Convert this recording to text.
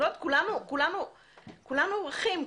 כולנו אחים.